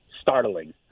startling